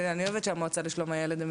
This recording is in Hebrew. אני אוהבת שהמועצה לשלום הילד,